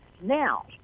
Now